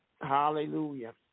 Hallelujah